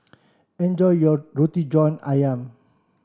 enjoy your Roti John Ayam